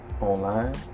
online